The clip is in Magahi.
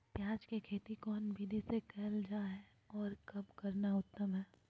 प्याज के खेती कौन विधि से कैल जा है, और कब करना उत्तम है?